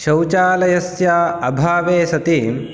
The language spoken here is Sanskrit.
शौचालयस्य अभावे सति